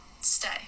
stay